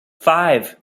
five